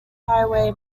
highway